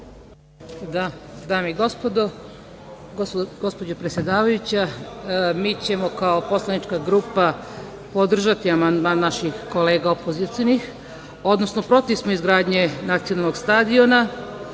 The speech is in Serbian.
Dame i gospodo, gospođo predsedavajuća, mi ćemo kao poslanička grupa podržati amandman naših kolega opozicionih, odnosno protiv smo izgradnje nacionalnog stadiona. Smatramo